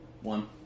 One